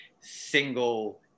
single